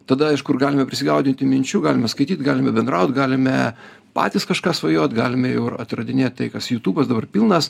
tada iš kur galime prisigaudinti minčių galima skaityt galime bendraut galime patys kažką svajot galime jau ir atradinėt tai kas jutubas dabar pilnas